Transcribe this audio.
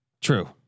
True